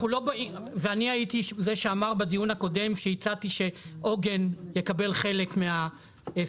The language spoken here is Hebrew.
ואני הייתי זה שאמר בדיון הקודם והצעתי שעוגן יקבל חלק מהעסק.